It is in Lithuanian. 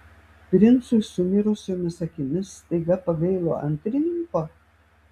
princui su mirusiomis akimis staiga pagailo antrininko